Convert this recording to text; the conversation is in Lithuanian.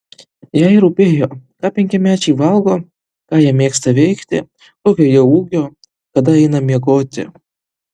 jai rūpėjo ką penkiamečiai valgo ką jie mėgsta veikti kokio jie ūgio kada eina miegoti